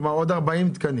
כלומר, עוד 4 תקנים.